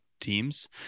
teams